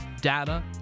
data